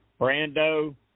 Brando